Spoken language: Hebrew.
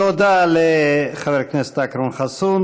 תודה לחבר הכנסת אכרם חסון.